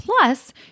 plus